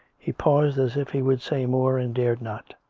he paused, as if he would say more and dared not.